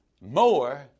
more